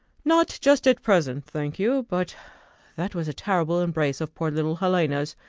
not just at present, thank you but that was a terrible embrace of poor little helena's.